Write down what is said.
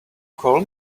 call